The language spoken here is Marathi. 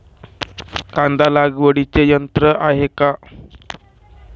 कांदा लागवडीचे यंत्र आहे का?